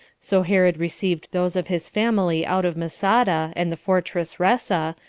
so herod received those of his family out of masada, and the fortress ressa,